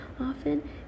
often